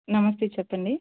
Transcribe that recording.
నమస్తే చెప్పండి